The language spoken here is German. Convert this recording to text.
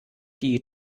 die